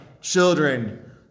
children